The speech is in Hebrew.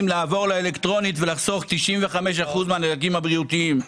לעבור לאלקטרונית ולחסוך 95 אחוזים מהנזקים הבריאותיים.